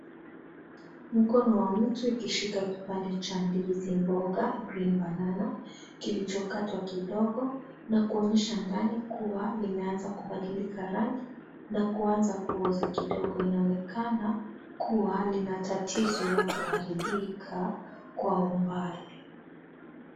Mkono wa mtu ukishika kipande cha ndizi, kilichokatwa kidogo na kuonyesha ndani kuwa linaanza kubadilika rangi na kuanza kuoza kidogo, linaonekana kuwa lina tatizo la kuharibikakwa umbali.